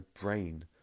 brain